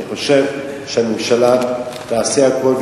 אני חושב שהממשלה תעשה הכול,